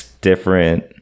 different